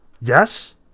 Yes